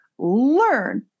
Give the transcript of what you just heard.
learn